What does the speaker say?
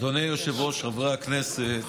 אדוני היושב-ראש, חברי הכנסת,